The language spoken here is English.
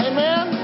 Amen